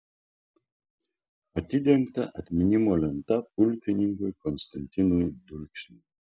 atidengta atminimo lenta pulkininkui konstantinui dulksniui